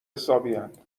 حسابین